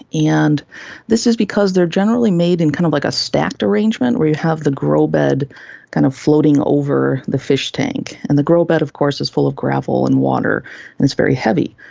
and this is because they are generally made in kind of like a stacked arrangements where you have the grow bed kind of floating over the fish tank. and the grow bed of course is full of gravel and water and it is very heavy.